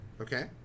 Okay